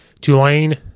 Tulane